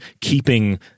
keeping